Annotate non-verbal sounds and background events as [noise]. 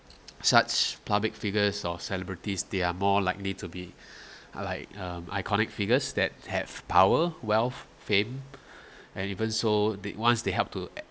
such public figures or celebrities they are more likely to be [breath] like um iconic figures that have power wealth fame [breath] and even so once they help to